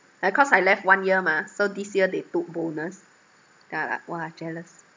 uh cause I left one year mah so this year they took bonus yeah !wah! jealous